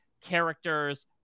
characters